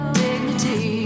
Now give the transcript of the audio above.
dignity